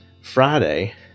friday